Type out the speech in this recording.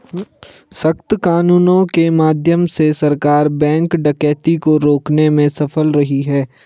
सख्त कानूनों के माध्यम से सरकार बैंक डकैती को रोकने में सफल रही है